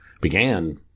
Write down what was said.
began